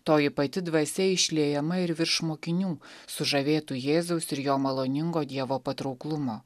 toji pati dvasia išliejama ir virš mokinių sužavėtų jėzaus ir jo maloningo dievo patrauklumo